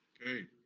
okay,